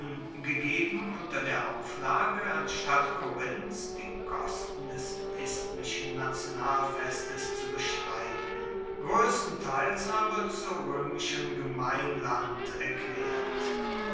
gegeben unter der auflage anstatt korinths die kosten des isthmischen nationalfestes zu bestreiten größtenteils aber zu römischem gemeinland erklärt